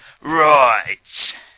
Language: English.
right